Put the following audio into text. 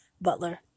Butler